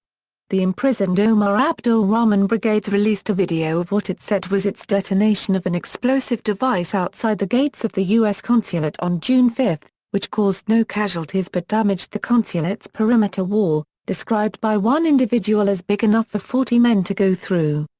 the imprisoned omar abdul rahman brigades released a video of what it said was its detonation of an explosive device outside the gates of the u s. consulate on june five, which caused no casualties but damaged the consulate's perimeter wall, described by one individual as big enough for forty men to go through.